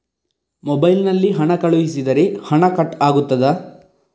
Mobile ನಲ್ಲಿ ಹಣ ಕಳುಹಿಸಿದರೆ ಹಣ ಕಟ್ ಆಗುತ್ತದಾ?